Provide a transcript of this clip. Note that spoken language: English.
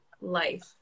life